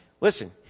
Listen